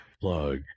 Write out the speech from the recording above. plug